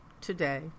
today